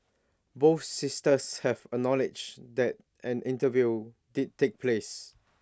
both sisters have acknowledged that an interview did take place